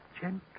Gently